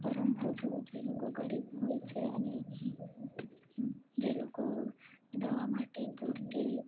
પરંતુ જો જે લોકો ગરીબ હોય છે અને જે લોકો દવા માટે પૂરતી